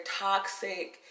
toxic